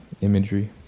imagery